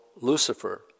Lucifer